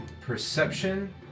perception